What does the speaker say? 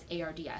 ARDS